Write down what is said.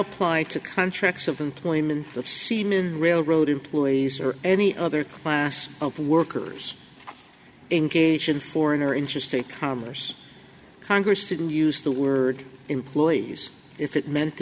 apply to contracts of employment of seamen railroad employees or any other class of workers engaged in foreign or interesting commerce congress didn't use the word employees if it meant